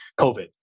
COVID